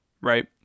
right